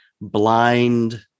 blind